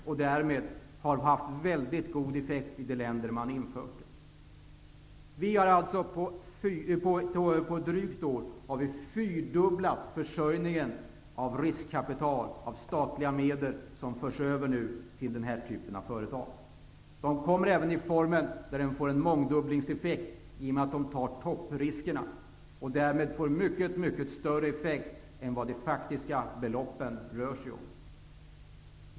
Sådana villkorslån har haft en väldigt god effekt i de länder där de införts. Vi har på drygt ett år fyrdubblat försörjningen av riskkapital, av statliga medel som nu förs över till den här typen av företag. Dessa medel kommer att få en mångdubblingseffekt i och med att de tar toppriskerna. Det blir alltså fråga om en i förhållande till de faktiska beloppen mycket mycket stor effekt.